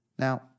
Now